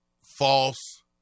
false